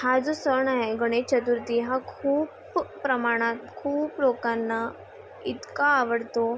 हा जो सण आहे गणेश चतुर्थी हा खूप प्रमाणात खूप लोकांना इतका आवडतो